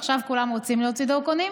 ועכשיו כולם רוצים להוציא דרכונים,